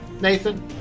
Nathan